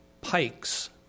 pikes